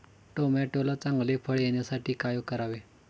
टोमॅटोला चांगले फळ येण्यासाठी काय करावे?